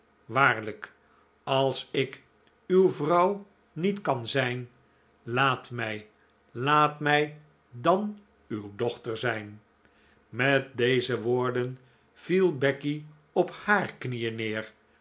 waarlijk als ik uw vrouw niet kan zijn laat mij laat mij dan uw dochter zijn met deze woorden viel becky op haar knieen neer